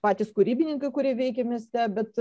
patys kūrybininkai kurie veikia mieste bet